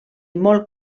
molt